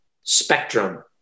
spectrum